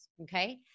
okay